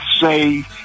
say